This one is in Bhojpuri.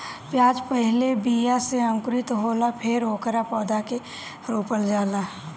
प्याज पहिले बीज से अंकुरित होला फेर ओकरा पौधा के रोपल जाला